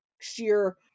sheer